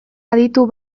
aditu